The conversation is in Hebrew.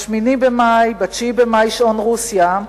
ב-8 במאי 1945, ב-9 במאי שעון רוסיה,